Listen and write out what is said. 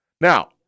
Now